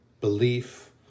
belief